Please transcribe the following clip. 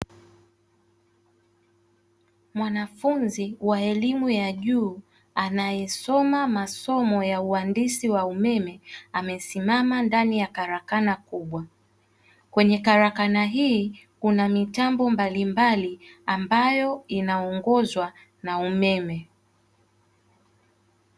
Mwanafunzi wa elimu ya juu anayesoma masomo ya uandishi wa umeme, amesimama ndani ya karakana kubwa kwenye karakana hii kuna mitambo mbalimbali ambayo inaongozwa na umeme.